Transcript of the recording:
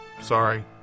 Sorry